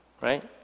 right